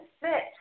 sit